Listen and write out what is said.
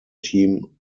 team